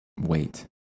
wait